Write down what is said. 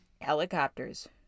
Helicopters